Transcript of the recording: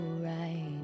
right